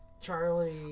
Charlie